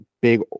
big